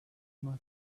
must